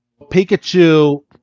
Pikachu